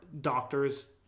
doctors